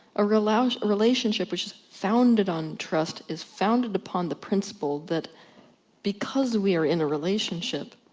ah relationship relationship which is founded on trust is founded upon the principle that because we are in a relationship,